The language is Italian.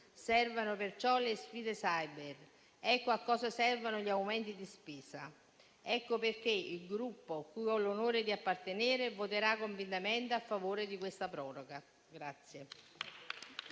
servono perciò le sfide *cyber*. Ecco a cosa servono gli aumenti di spesa ed ecco perché il Gruppo cui ho l'onore di appartenere voterà convintamente a favore di questa proroga.